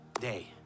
day